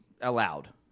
allowed